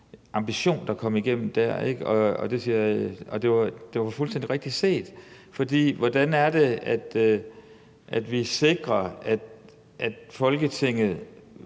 ambition, der kom igennem der. Det var fuldstændig rigtigt set. For hvordan sikrer vi, at Folketinget